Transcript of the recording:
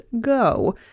go